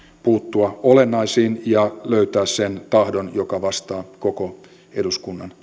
puuttua olennaiseen ja löytää sen tahdon joka vastaa koko eduskunnan